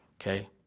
Okay